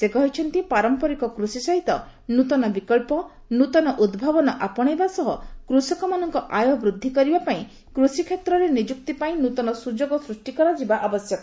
ସେ କହିଛନ୍ତି ପାରମ୍ପରିକ କୃଷି ସହିତ ନୂତନ ବିକ୍ସବ ନୂତନ ଉଦ୍ଭାବନ ଅପଣେଇବା ସହ କୃଷକମାନଙ୍କର ଆୟ ବୃଦ୍ଧି କରିବାପାଇଁ କୃଷିକ୍ଷେତ୍ରରେ ନିଯୁକ୍ତିପାଇଁ ନୃତନ ସୁଯୋଗ ସୃଷ୍ଟି କରାଯିବା ଆବଶ୍ୟକ